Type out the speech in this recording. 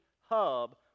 hub